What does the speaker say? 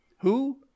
Who